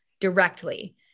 directly